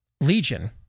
legion